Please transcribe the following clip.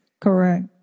Correct